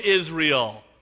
Israel